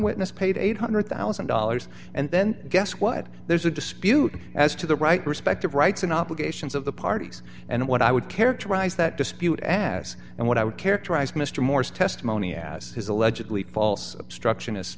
witness paid eight hundred thousand dollars and then guess what there's a dispute as to the right respective rights and obligations of the parties and what i would characterize that dispute as and what i would characterize mr morse testimony as his allegedly false obstructionis